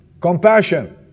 compassion